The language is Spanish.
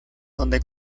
donde